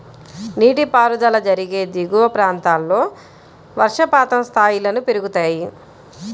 నీటిపారుదల జరిగే దిగువ ప్రాంతాల్లో వర్షపాతం స్థాయిలను పెరుగుతాయి